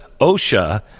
OSHA